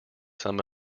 some